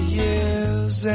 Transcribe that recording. years